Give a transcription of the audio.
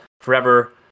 forever